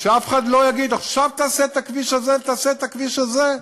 שאף אחד לא יגיד: עכשיו תעשה את הכביש הזה ותעשה את הכביש הזה.